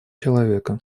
человека